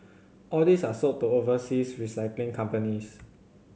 all these are sold to overseas recycling companies